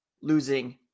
losing